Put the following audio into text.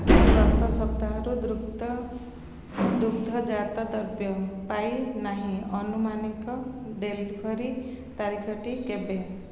ମୁଁ ଗତ ସପ୍ତାହରୁ ଦୁଗ୍ଧଜାତ ଦ୍ରବ୍ୟ ପାଇ ନାହିଁ ଆନୁମାନିକ ଡେଲିଭରି ତାରିଖଟି କେବେ